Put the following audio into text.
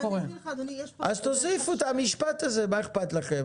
אז תוסיפו את המשפט הזה, מה אכפת לכם?